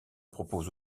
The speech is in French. propose